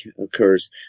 occurs